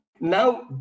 now